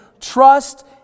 trust